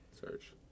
Search